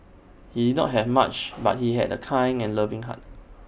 he did not have much but he had A kind and loving heart